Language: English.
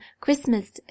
Christmas